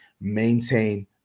maintain